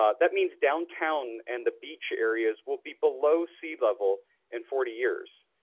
ah that means downtown and the beach areas will be below sea level in forty years.